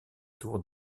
tour